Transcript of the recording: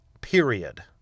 period